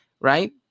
right